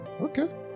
Okay